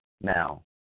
Now